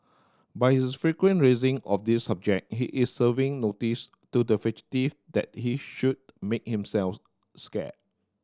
by his frequent raising of this subject he is serving notice to the fugitive that he should make himself scarce